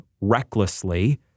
recklessly